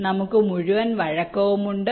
ഞങ്ങൾക്ക് മുഴുവൻ വഴക്കവുമുണ്ട്